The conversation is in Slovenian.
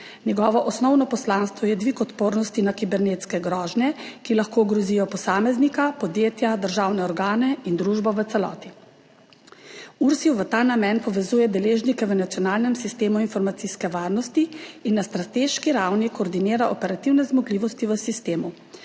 Njegovo osnovno poslanstvo je dvig odpornosti na kibernetske grožnje, ki lahko ogrozijo posameznika, podjetja, državne organe in družbo v celoti. URSIV v ta namen povezuje deležnike v nacionalnem sistemu informacijske varnosti in na strateški ravni koordinira operativne zmogljivosti v sistemu.